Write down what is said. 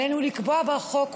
עלינו לקבוע בחוק,